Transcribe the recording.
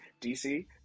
DC